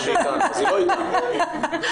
יתכן שיש דיון על המעבדות ומשרד הבריאות לא מגיע לדיון.